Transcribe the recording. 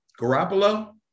Garoppolo